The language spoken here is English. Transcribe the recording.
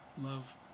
love